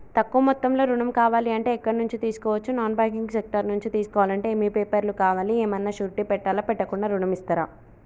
తక్కువ మొత్తంలో ఋణం కావాలి అంటే ఎక్కడి నుంచి తీసుకోవచ్చు? నాన్ బ్యాంకింగ్ సెక్టార్ నుంచి తీసుకోవాలంటే ఏమి పేపర్ లు కావాలి? ఏమన్నా షూరిటీ పెట్టాలా? పెట్టకుండా ఋణం ఇస్తరా?